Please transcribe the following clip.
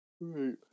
right